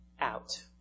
out